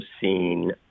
seen